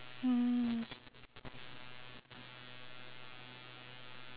mm